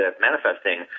manifesting